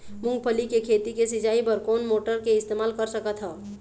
मूंगफली के खेती के सिचाई बर कोन मोटर के इस्तेमाल कर सकत ह?